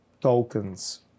tokens